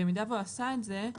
במידה והוא עשה את זה,